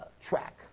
track